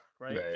right